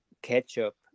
ketchup